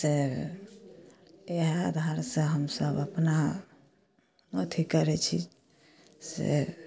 से इएह दहारसँ हमसभ अपना अथी करै छी से